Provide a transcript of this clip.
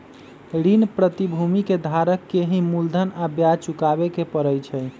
ऋण प्रतिभूति के धारक के ही मूलधन आ ब्याज चुकावे के परई छई